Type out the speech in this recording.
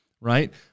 right